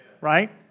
Right